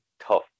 tough